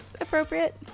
appropriate